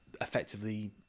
effectively